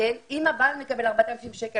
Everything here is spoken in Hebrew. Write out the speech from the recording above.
ואם הוא מקבל את הסכום הזה,